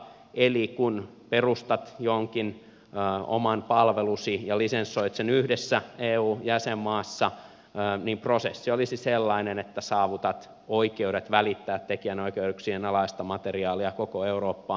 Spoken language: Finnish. eli kun perustat jonkin oman palvelusi ja lisensoit sen yhdessä eu jäsenmaassa niin prosessi olisi sellainen että saavutat oikeudet välittää tekijänoikeuksien alaista materiaalia koko eurooppaan